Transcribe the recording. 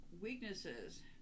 weaknesses